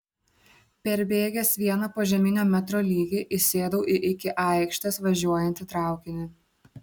perbėgęs vieną požeminio metro lygį įsėdau į iki aikštės važiuojantį traukinį